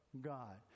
god